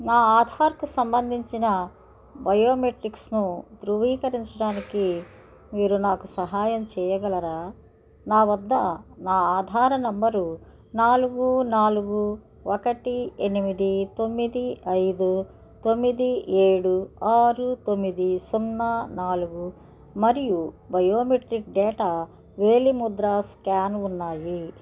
నా ఆధార్కు సంబంధించిన బయోమెట్రిక్స్ను ధృవీకరించడానికి మీరు నాకు సహాయం చెయ్యగలరా నా వద్ద నా ఆధార్ నంబరు నాలుగు నాలుగు ఒకటి ఎనిమిది తొమ్మిది ఐదు తొమ్మిది ఏడు ఆరు తొమ్మిది సున్నా నాలుగు మరియు బయోమెట్రిక్ డేటా వేలిముద్ర స్కాన్ ఉన్నాయి